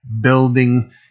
building